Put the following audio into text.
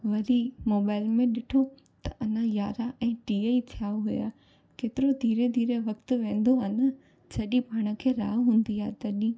वरी मोबाइल में ॾिठो त अञा यारहां ऐं टीह ई थिया हुआ केतिरो धीरे धीरे वक़्तु वेंदो आहे न जॾहिं पाण खे राह हूंदी आहे तॾहिं